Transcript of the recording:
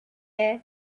year